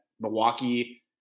Milwaukee